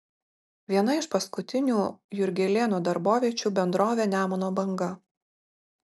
viena iš paskutinių jurgelėno darboviečių bendrovė nemuno banga